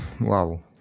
wow